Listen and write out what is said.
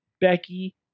Becky